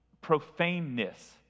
Profaneness